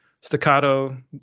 staccato